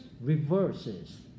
reverses